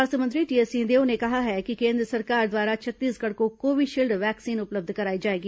स्वास्थ्य मंत्री टीएस सिंहदेव ने कहा है कि केन्द्र सरकार द्वारा छत्तीसगढ़ को कोविशील्ड वैक्सीन उपलब्ध कराई जाएगी